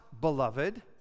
Beloved